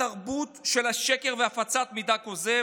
התרבות של השקר והפצת מידע כוזב,